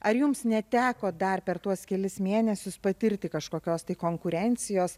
ar jums neteko dar per tuos kelis mėnesius patirti kažkokios tai konkurencijos